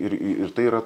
ir tai yra